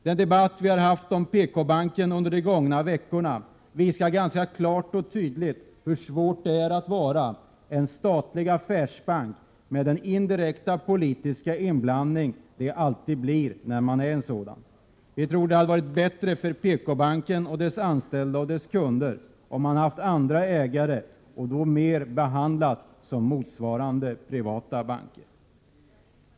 Den debatt vi under de gågna veckorna har haft om PKbanken visar klart och tydligt hur svårt det är att vara en statlig affärsbank med den indirekta politiska inblandning det alltid innebär. Vi tror att det hade varit bättre för PKbanken, dess anställda och dess kunder, om banken haft andra ägare och då mer behandlats som motsvarande privata banker.